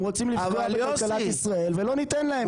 הם רוצים לפגוע בכלכלת ישראל ולא ניתן להם.